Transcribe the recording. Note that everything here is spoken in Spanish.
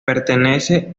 pertenece